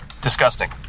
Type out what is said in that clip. disgusting